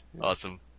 Awesome